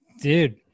dude